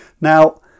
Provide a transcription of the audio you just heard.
Now